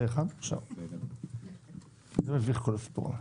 הצבעה אושר זה מביך כל הסיפור הזה.